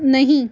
नहीं